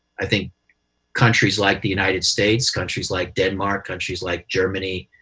i think countries like the united states, countries like denmark, countries like germany,